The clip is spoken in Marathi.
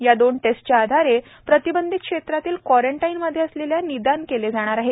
या दोन टेस्टच्या आधारे प्रतिबंधित क्षेत्रातील क्वारंटाईनमध्ये असलेल्यांचे निदान केले जाणार आहे